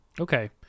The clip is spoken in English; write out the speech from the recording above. Okay